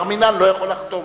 בר-מינן לא יכול לחתום.